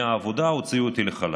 מהעבודה הוציאו אותי לחל"ת.